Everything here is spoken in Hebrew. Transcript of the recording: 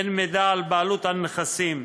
אין מידע על בעלות על נכסים,